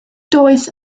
doedd